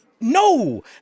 No